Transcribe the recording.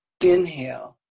inhale